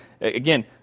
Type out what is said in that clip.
Again